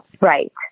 Right